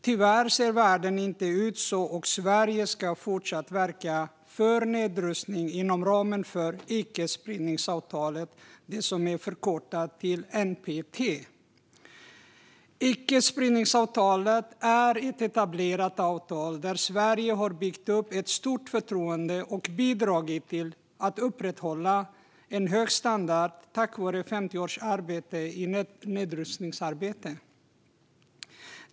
Tyvärr ser världen inte ut så, och Sverige ska fortsatt verka för nedrustning inom ramen för icke-spridningsavtalet, som förkortas NPT. Icke-spridningsavtalet är ett etablerat avtal där Sverige har byggt upp ett stort förtroende och bidragit till att upprätthålla en hög standard tack vare 50 års nedrustningsarbete.